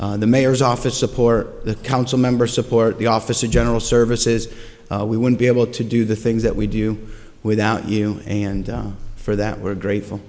s the mayor's office support the council member support the office of general services we wouldn't be able to do the things that we do without you and for that we're grateful